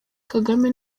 kagame